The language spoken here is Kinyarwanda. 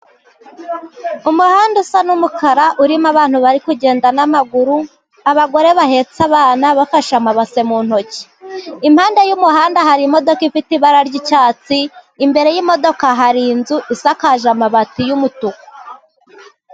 Umuhanda usa n'umukara, urimo abantu bari kugenda n'amaguru, abagore bahetse abana bafashe amabase mu ntoki, impande y'umuhanda hari imodoka ifite ibara ry'icyatsi, imbere y'imodoka hari inzu isakaje amabati y'umutuku.